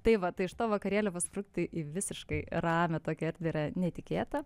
tai vat tai iš to vakarėlio pasprukti į visiškai ramią tokią erdvę yra netikėta